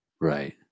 Right